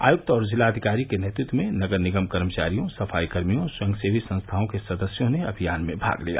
आयक्त और जिलाधिकारी के नेतृत्व में नगर निगम कर्मचारियों सफाईकर्मियों स्वयंसेवी संस्थाओं के सदस्यों ने अभियान में भाग लिया